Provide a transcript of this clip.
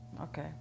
Okay